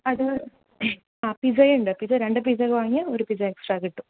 അത് ആ പിസയുണ്ട് പിസ്സ രണ്ട് പിസ വാങ്ങിയാൽ ഒരു പിസ്സ എക്സ്ട്രാ കിട്ടും